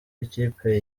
ikipe